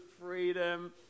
freedom